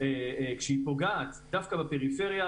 כשהיא פוגעת דווקא בפריפריה,